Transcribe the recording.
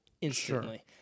instantly